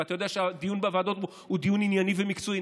ואתה יודע שהדיון בוועדות הוא דיון ענייני ומקצועי.